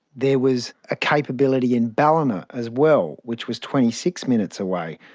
there was a capability in ballina as well, which was twenty six minutes away.